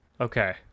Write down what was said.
Okay